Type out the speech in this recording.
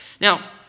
Now